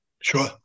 Sure